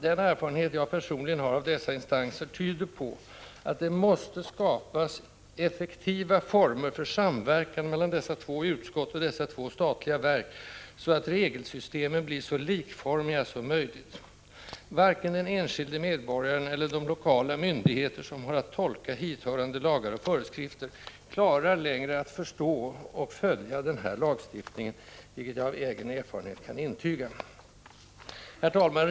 Den erfarenhet jag personligen har av dessa instanser tyder på att det måste skapas effektiva former för samverkan mellan dessa två utskott och dessa två statliga verk, så att regelsystemen blir så likformiga som möjligt. Varken den enskilde medborgaren eller de lokala myndigheter som har att tolka hithörande lagar och föreskrifter klarar längre att förstå och följa den här lagstiftningen, vilket jag av egen erfarenhet kan intyga. Herr talman!